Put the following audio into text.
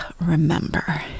remember